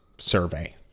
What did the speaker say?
survey